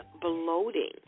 bloating